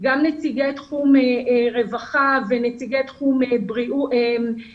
גם נציגי תחום רווחה ונציגי תחום חינוך